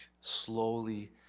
Slowly